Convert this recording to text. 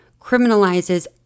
criminalizes